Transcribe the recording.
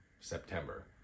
September